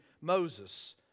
Moses